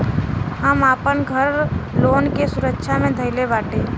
हम आपन घर लोन के सुरक्षा मे धईले बाटी